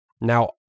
Now